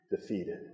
defeated